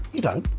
you know.